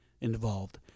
involved